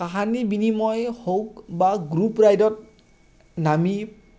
কাহানি বিনিময় হওক বা গ্ৰুপ ৰাইডত নামি